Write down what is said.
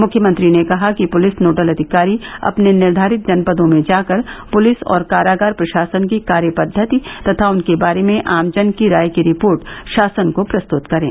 मुख्यमंत्री ने कहा कि पुलिस नोडल अधिकारी अपने निर्धारित जनपदों में जाकर पुलिस और कारागार प्रशासन की कार्यपद्वति तथा उनके बारे में आमजन की राय की रिपोर्ट शासन को प्रस्तुत करें